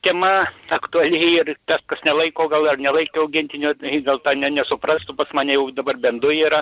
tema aktuali ir tas kas nelaiko gal ar nelaikė augintinio jis gal to ne nesuprastų pas mane jau dabar bent du yra